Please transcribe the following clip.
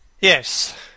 Yes